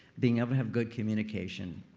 being able to have good communication.